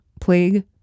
plague